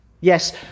Yes